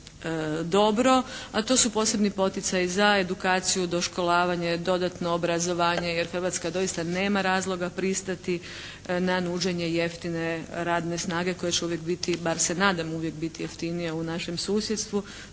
dobro, a to su posebni poticaji za edukaciju, doškolavanje, dodatno obrazovanje, jer Hrvatska doista nema razloga pristati na nuđene jeftine radne snage koje će uvijek biti, bar se nadam uvijek biti jeftinija u našem susjedstvu,